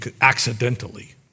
accidentally